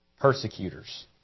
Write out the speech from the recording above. persecutors